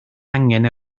angen